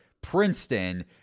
Princeton